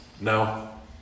no